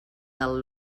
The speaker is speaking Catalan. del